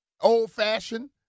Old-fashioned